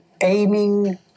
aiming